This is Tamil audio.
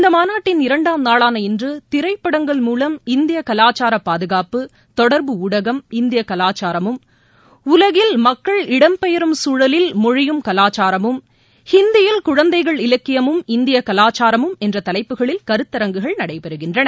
இந்த மாநாட்டின் இரண்டாம் நாளான இன்று திரைப்படங்கள் மூலம் இந்திய கலாச்சார பாதுகாப்பு தொடர்பு ஊடகமும் இந்திய கவாச்சாரமும் உலகில் மக்கள் இடம்பெயரும் சூழலில் மொழியும் கலாச்சாரமும் இந்தியில் குழந்தைகள் இலக்கியமும் இந்திய கலாச்சாரமும் என்ற தலைப்புகளில் கருத்தங்குகள் நடைபெறுகின்றன